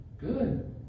Good